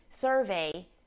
survey